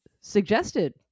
suggested